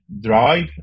drive